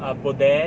abuden